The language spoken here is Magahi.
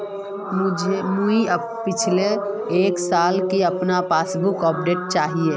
मुई पिछला एक सालेर अपना पासबुक अपडेट चाहची?